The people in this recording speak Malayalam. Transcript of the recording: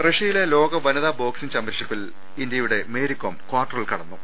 റഷ്യയിലെ ലോക വനിതാ ബോക്സിങ് ചാമ്പ്യൻഷിപ്പിൽ ഇന്ത്യയുടെ മേരികോം കാർട്ടറിൽ കടന്നു